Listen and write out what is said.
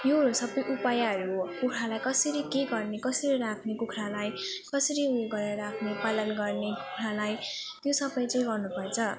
योहरू सब उपायहरू हो कुखुरालाई कसरी के गर्ने कसरी राख्ने कुखुरालाई कसरी उयो गरेर राख्ने पालन गर्ने कुखुरालाई त्यो सब चाहिँ गर्नु पर्छ